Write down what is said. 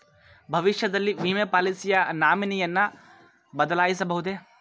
ಭವಿಷ್ಯದಲ್ಲಿ ವಿಮೆ ಪಾಲಿಸಿಯ ನಾಮಿನಿಯನ್ನು ಬದಲಾಯಿಸಬಹುದೇ?